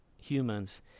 humans